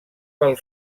pel